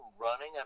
running